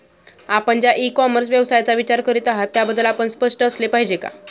आपण ज्या e commerce व्यवसायाचा विचार करीत आहात त्याबद्दल आपण स्पष्ट असले पाहिजे का?